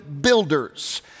builders